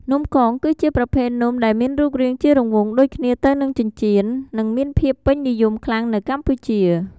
នំកងគឺជាប្រភេទនំដែលមានរូបរាងជារង្វង់ដូចគ្នាទៅនឹងចិញ្ចៀន និងមានភាពពេញនិយមខ្លាំងនៅកម្ពុជា។